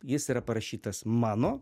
jis yra parašytas mano